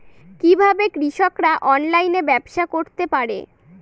কিভাবে কৃষকরা অনলাইনে ব্যবসা করতে পারে?